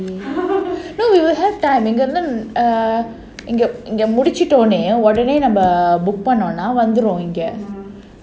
no we will have time இங்க:inga err இங்க முடிச்சிட்டு உடனே:inga mudichittu udane book பண்ணோம்னா வந்துடும்:pannomna vandhudum